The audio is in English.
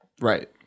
right